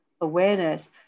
awareness